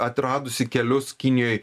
atradusi kelius kinijoj